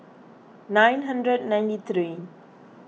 nine hundred ninety three